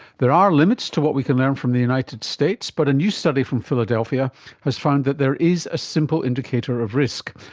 there are limits to what we can learn from the united states, but a new study from philadelphia has found that there is a simple indicator of risk.